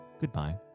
goodbye